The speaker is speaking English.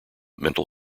mental